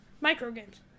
micro-games